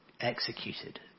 executed